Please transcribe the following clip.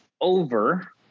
over